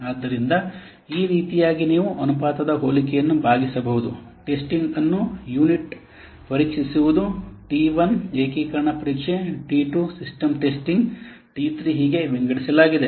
ಆದ್ದರಿಂದ ಈ ರೀತಿಯಾಗಿ ನೀವು ಅನುಪಾತದ ಹೋಲಿಕೆಯನ್ನು ಭಾಗಿಸಬಹುದು ಟೆಸ್ಟಿಂಗ್ ಅನ್ನು ಯುನಿಟ್ ಪರೀಕ್ಷಿಸುವುದು ಟಿ 1 ಏಕೀಕರಣ ಪರೀಕ್ಷೆ ಟಿ 2 ಸಿಸ್ಟಮ್ ಟೆಸ್ಟಿಂಗ್ ಟಿ 3 ಹೀಗೆ ವಿಂಗಡಿಸಲಾಗಿದೆ